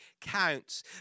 counts